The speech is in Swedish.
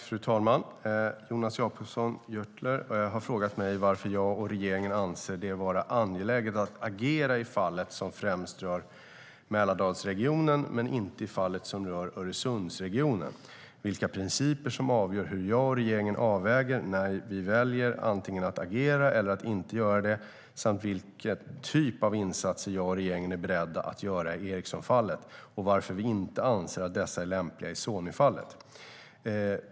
Fru talman! Jonas Jacobsson Gjörtler har frågat mig varför jag och regeringen anser det vara angeläget att agera i fallet som främst rör Mälardalsregionen, men inte i fallet som rör Öresundsregionen, vilka principer som avgör hur jag och regeringen avväger när vi väljer antingen att agera eller att inte göra det samt vilken typ av insatser jag och regeringen är beredda att göra i Ericssonfallet, och varför vi inte anser att dessa är tilllämpliga i Sonyfallet.